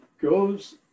goes